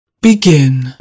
Begin